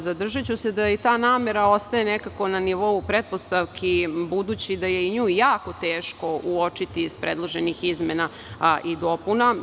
Zadržaću se da i ta namera ostaje nekako na nivou pretpostavki, budući da je nju jako teško uočiti iz predloženih izmena i dopuna.